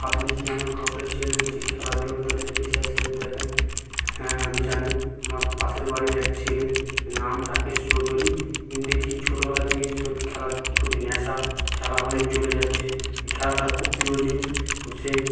আপনি কি এমন কাউকে চেনেন যে খেলাধুলাকে তাদের পেশা হিসেবে দেখেন হ্যাঁ আমি জানি আমার পাশের বাড়ির এক ছেলে নাম রাকেশ চৌধুরী দেখি ছোটবেলা থেকেই সব খেলার প্রতি নেশা খেলা হলেই চলে যাচ্ছে খেলা তার খুব প্রিয় জিনিস সে